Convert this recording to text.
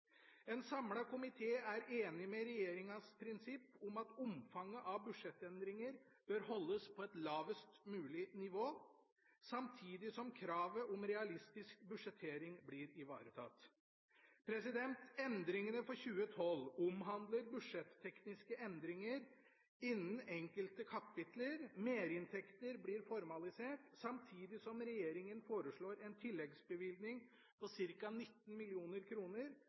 En samlet komité er enig i regjeringas prinsipp om at omfanget av budsjettendringer bør holdes på et lavest mulig nivå, samtidig som kravet om realistisk budsjettering blir ivaretatt. Endringene for 2012 omhandler budsjettekniske endringer innenfor enkelte kapitler, merinntekter blir formalisert, samtidig som regjeringa foreslår en tilleggsbevilgning på ca. 19